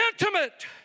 intimate